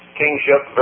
kingship